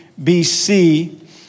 BC